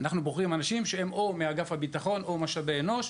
אנחנו בוחרים אנשים שהם או מאגף הביטחון או ממשאבי האנוש,